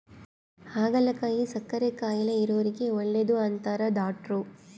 ಹಾಗಲಕಾಯಿ ಸಕ್ಕರೆ ಕಾಯಿಲೆ ಇರೊರಿಗೆ ಒಳ್ಳೆದು ಅಂತಾರ ಡಾಟ್ರು